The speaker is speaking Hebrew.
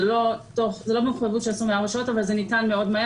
זה לא במחויבות של 24 שעות אבל זה ניתן מהר מאוד.